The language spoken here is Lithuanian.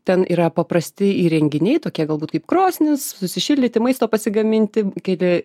ten yra paprasti įrenginiai tokie galbūt kaip krosnis susišildyti maisto pasigaminti keli